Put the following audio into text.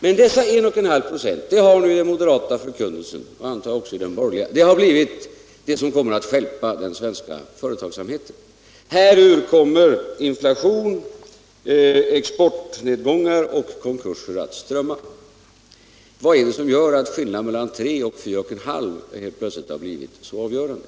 Men dessa 1,5 96 har nu i den moderata förkunnelsen, och antagligen i den borgerliga förkunnelsen över huvud taget, blivit det som kommer att stjälpa den svenska företagsamheten. Härur kommer inflation, exportnedgångar och konkurser att strömma. Vad är det som gör att skillnaden mellan 3 926 och 4,5 926 helt plötsligt har blivit så avgörande?